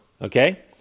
Okay